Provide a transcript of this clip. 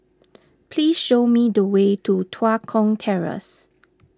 please show me the way to Tua Kong Terrace